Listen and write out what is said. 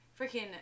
freaking